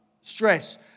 stress